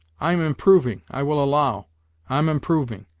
i'm improving, i will allow i'm improving,